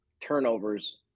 turnovers